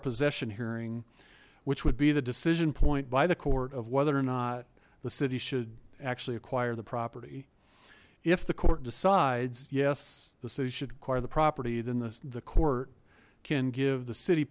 a possession hearing which would be the decision point by the court of whether or not the city should actually acquire the property if the court decides yes the city should acquire the property then the court can give the city